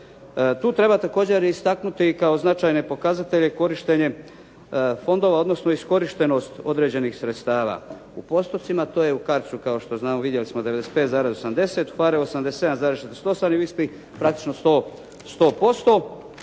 Tu treba također istaknuti kao značajne pokazatelje korištenje fondova odnosno iskorištenost određenih sredstava u postotcima. To je u CARDS-u kao što znamo, vidjeli smo 95,80, PHARE 87,48 i u ISPA-i praktično 100%.